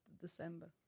December